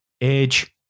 age